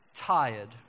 Tired